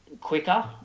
quicker